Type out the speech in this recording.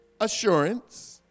Assurance